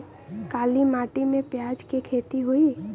काली माटी में प्याज के खेती होई?